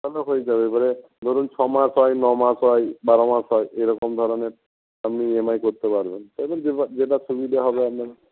আপনার হয়ে যাবে এবারে ধরুন ছ মাস হয় ন মাস হয় বারো মাস হয় এরকম ধরনের আপনি ইএমআই করতে পারবেন এবার যেটা সুবিধা হবে আপনার